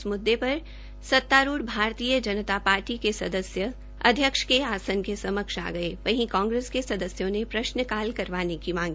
इस मुद्दे पर सत्तारूढ़ भारतीय जनता पार्टी के सदस्य अध्यक्ष के आसन के समक्ष आ गये वहीं कांग्रेस के सदस्यों ने प्रशनकाल करवाने की मांग